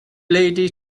lady